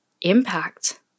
impact